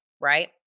right